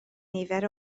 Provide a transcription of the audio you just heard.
nifer